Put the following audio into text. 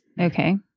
Okay